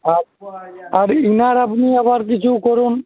আর আর এনার আপনি আবার কিছু করুন